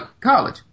College